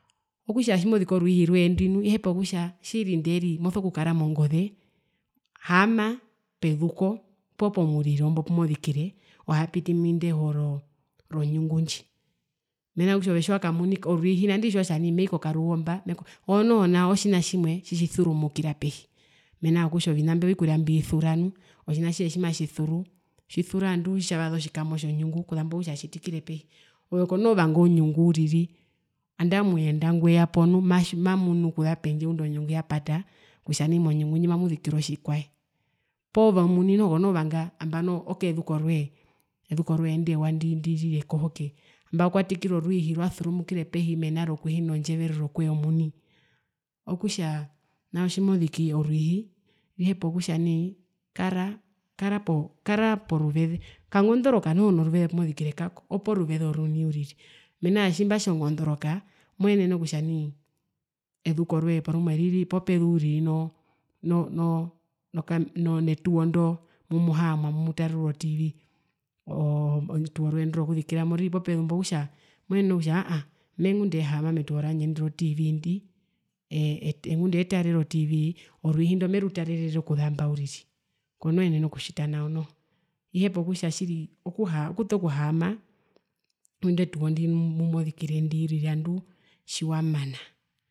Okutja pehepa kutja tjimoziki orwiihi roye ndwi nu mosokukara mongoze haama pezuko poo pomuriro imbo pumozikire ohapiti muindeho ronyungu ndji mena rokutja ove tjiwakamunika orwiihi nandi tjiwatja mei kokaruuo mba oro noho nao tjina tjimwe tjitjisurumukira pehi mena rokutja ona mbyo vikurya mbisura nu otjina atjihe tjimatjisuru tjisura ngandu tjitjavasa otjikamo tjonyungu kuzambo kutja atjitikire pehi ove konoo vanga onyungu uriri nandae omuyenda ngweyapo matji mamunu okuza pendje ngunda onyungu ayapata kutja nai monyungu ndji mamuzikirwa otjikwae poove omuni konoo vanga nambano ekezuko rwee ezuko rwee ewa ndi ndirira ekohoke nambano kwatikire orwiihi rwasurumukire pehi mena rokuhina ondjeverero koye omuni okutja nao tjimoziki orwiihi rihepa kutja nai kara po kara poruveze kangondoroka noho noruveze pumozikire kako, oporuveze oruni uriri, mena rokutja tjimbatja ongondoroka ezuko roye rumwe riri popezu netuwo ndo mmumuhaamwa mumutarerwa o tv oo oetuwo roye indi rokuzikirwamo riri popezu mbo okutja moenene kutja aahaaa mengunda amehaama metuwo randje indi ro tv ndi ee ee ngunda eetarere o tv orwiihi ndo merutarere okuzamba uriri konoo yenene okutjita nao noho, okuhaama okuto kuhaama mwinde tuwo mumozikire ndi uriri anduu tjiwamana.